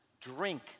drink